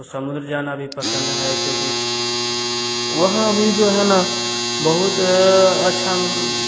समुद्र जाना भी पसंद है क्योंकि वहाँ भी जो है ना बहुत अच्छा